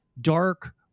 Dark